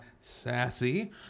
sassy